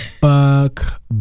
Fuck